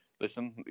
listen